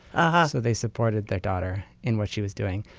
ah so they supported their daughter in what she was doing,